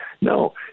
No